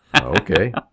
Okay